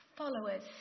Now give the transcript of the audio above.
followers